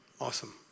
Awesome